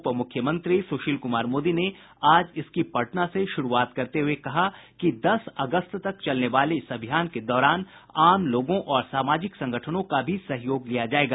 उप मुख्यमंत्री सुशील कुमार मोदी ने आज इसकी पटना से शुरूआत करते हुए कहा कि दस अगस्त तक चलने वाले इस अभियान के दौरान आम लोगों और सामाजिक संगठनों का भी सहयोग लिया जायेगा